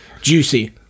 juicy